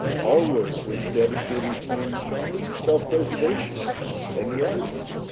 our work was dedicated to self preservation and the arts.